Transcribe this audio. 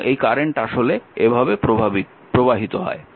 এবং এই কারেন্ট আসলে এভাবে প্রবাহিত হয়